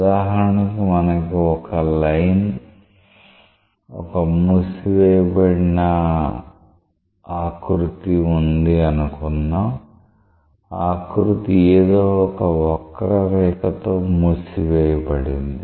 ఉదాహరణకి మనకు ఒక లైన్ ఒక మూసివేయబడిన ఆకృతి ఉంది అనుకుందాం ఆకృతి ఏదో ఒక వక్ర రేఖ తో మూసివేయబడింది